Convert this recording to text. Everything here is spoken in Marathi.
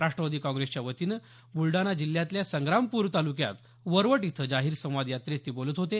राष्ट्रवादी काँग्रेसच्या वतीनं बुलडाणा जिल्ह्यातल्या संग्रामपूर तालुक्यात वरवट इथं जाहीर संवाद यात्रेत ते बोलत होते